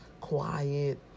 quiet